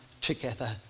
together